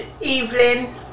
evening